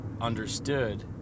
understood